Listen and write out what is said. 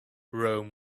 rome